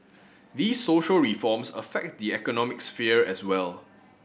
these social reforms affect the economic sphere as well